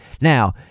now